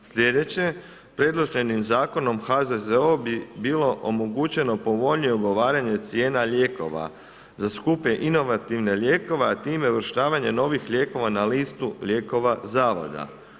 Sljedeće, predloženim zakonom HZZO bi bilo omogućeno povoljnije ugovaranje cijena lijekova, za skupe inovativne lijekove, a tim uvrštavanje novih lijekova na listu lijekova zavoda.